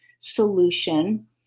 Solution